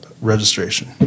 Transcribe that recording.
registration